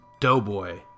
Doughboy